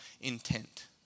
intent